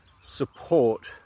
support